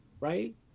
Right